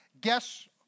Guess